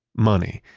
money.